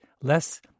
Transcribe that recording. less